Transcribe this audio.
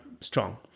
strong